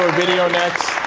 video next,